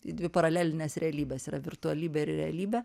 į dvi paralelines realybes yra virtualybė ir realybė